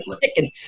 chicken